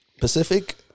Pacific